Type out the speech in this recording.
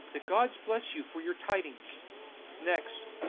the gods bless you for your tidings next,